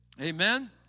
Amen